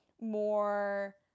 more